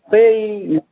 बै